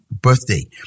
birthday